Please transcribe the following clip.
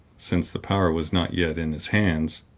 since the power was not yet in his hands,